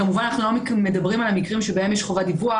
כמובן אנחנו לא מדברם על המקרים שבהם יש חובת דיווח,